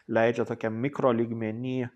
leidžia tokiam mikro lygmeny